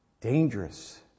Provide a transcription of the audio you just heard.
dangerous